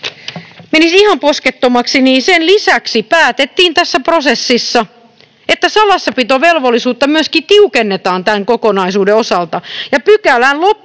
sen lisäksi päätettiin tässä prosessissa, että salassapitovelvollisuutta myöskin tiukennetaan tämän kokonaisuuden osalta,